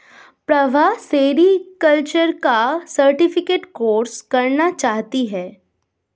Prabha sericulture का certificate course करना चाहती है